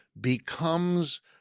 becomes